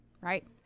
Right